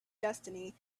destiny